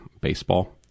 baseball